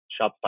Shopify